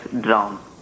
drown